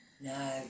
No